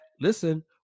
listen